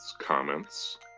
comments